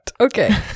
Okay